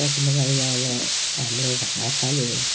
पश्चिम बङ्गालमा अब हाम्रो भाषाले